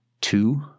two